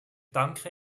danke